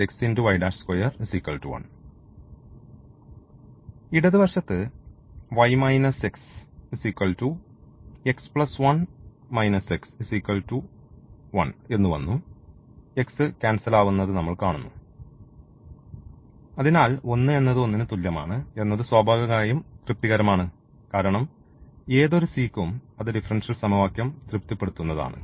y x1 ഇടത് വശത്ത് y x x1 x 1 എന്നുവന്നു x ക്യാൻസൽ ആവുന്നത് നമ്മൾ കാണുന്നു അതിനാൽ 1 എന്നത് 1 ന് തുല്യമാണ് എന്നത് സ്വാഭാവികമായും തൃപ്തികരമാണ് കാരണംഏതൊരു C യ്ക്കും അത് ഡിഫറൻഷ്യൽ സമവാക്യം തൃപ്തിപ്പെടുത്തുന്നതാണ്